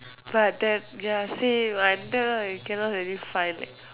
ah that ya same I wonder why you cannot really find it